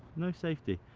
no safety,